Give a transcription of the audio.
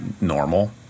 normal